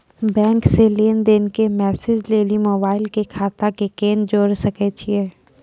Bank से लेंन देंन के मैसेज लेली मोबाइल के खाता के केना जोड़े सकय छियै?